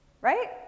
Right